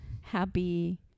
happy